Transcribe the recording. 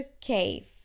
Cave